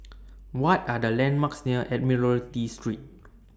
What Are The landmarks near Admiralty Street